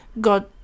God